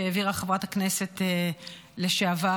שהעבירה חברת הכנסת לשעבר,